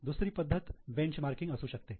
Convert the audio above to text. दुसरी पद्धत बेंचमार्किंग असू शकते